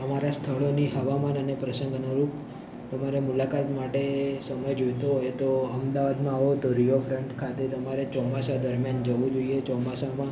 તમારા સ્થળોની હવામાન અને પ્રસંગ અનુરૂપ તમારે મુલાકાત માટે સમય જોઈતો હોય તો અમદાવાદમાં આવો તો રિવરફ્રન્ટ ખાતે તમારે ચોમાસા દરમ્યાન જવું જોઈએ ચોમાસામાં